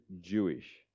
Jewish